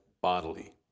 bodily